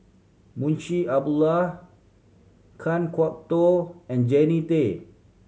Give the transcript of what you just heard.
Munshi Abdullah Kan Kwok Toh and Jannie Tay